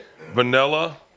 Vanilla